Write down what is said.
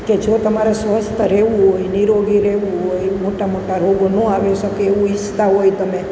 કે જો તમારે સ્વસ્થ રહેવું હોય નીરોગી રહેવું હોય મોટા મોટા રોગો ન આવી શકે એવું ઇચ્છતા હોય તમે